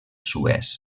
suez